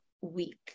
week